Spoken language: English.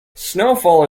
snowfall